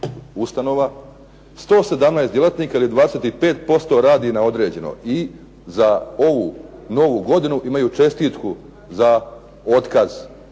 117 djelatnika ili 25% radi na određeno i za ovu Novu godinu imaju čestitku za otkaz